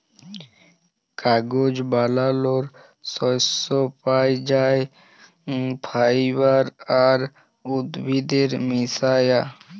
কাগজ বালালর সর্স পাই যাই ফাইবার আর উদ্ভিদের মিশায়া